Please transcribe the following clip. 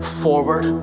forward